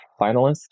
finalist